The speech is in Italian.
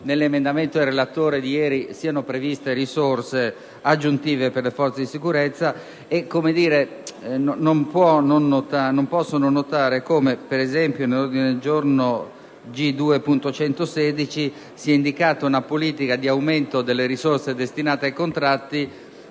nell'emendamento del relatore siano previste risorse aggiuntive per le forze dell'ordine. Non posso non notare come per esempio nell'ordine del giorno G2.116 sia indicata una politica di aumento delle risorse destinate ai contratti